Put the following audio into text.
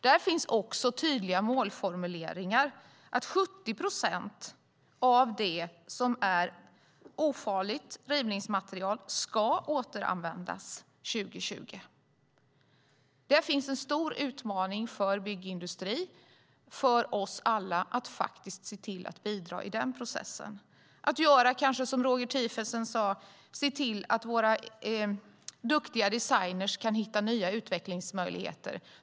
Där finns tydliga målformuleringar som innebär att 70 procent av det ofarliga rivningsmaterialet ska återanvändas år 2020. En stor utmaning för byggindustrin och för oss alla är att bidra till den processen. Kanske kan vi göra som Roger Tiefensee sade och se till att våra duktiga designer kan hitta nya utvecklingsmöjligheter.